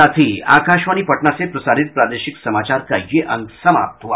इसके साथ ही आकाशवाणी पटना से प्रसारित प्रादेशिक समाचार का ये अंक समाप्त हुआ